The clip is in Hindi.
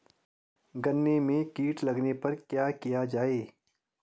गन्ने में कीट लगने पर क्या किया जाये?